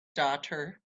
daughter